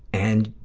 and,